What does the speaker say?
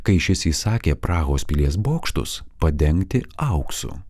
kai šis įsakė prahos pilies bokštus padengti auksu